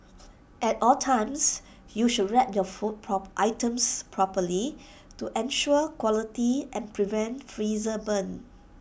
at all times you should wrap your food items properly to ensure quality and prevent freezer burn